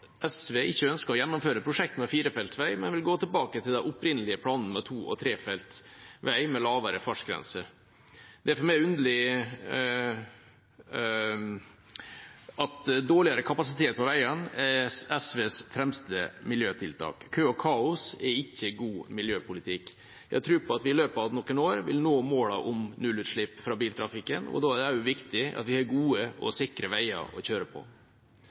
SV ikke ønsker å gjennomføre prosjektet med firefelts vei, men vil gå tilbake til de opprinnelige planene med to- og trefelts vei med lavere fartsgrense. Det er for meg underlig at dårligere kapasitet på veiene er SVs fremste miljøtiltak. Kø og kaos er ikke god miljøpolitikk. Jeg tror på at vi i løpet av noen år vil nå målene om nullutslipp fra biltrafikken, og at det også er viktig at vi har gode og sikre veier å kjøre på.